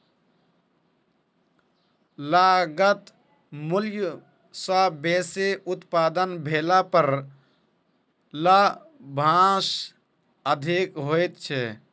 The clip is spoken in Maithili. लागत मूल्य सॅ बेसी उत्पादन भेला पर लाभांश अधिक होइत छै